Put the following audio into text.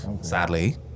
Sadly